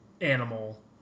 animal